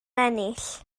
ennill